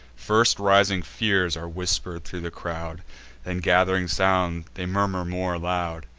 first rising fears are whisper'd thro' the crowd then, gath'ring sound, they murmur more aloud.